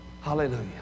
Hallelujah